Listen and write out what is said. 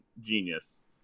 genius